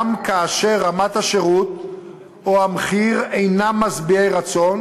גם כאשר רמת השירות או המחיר אינם משביעי רצון,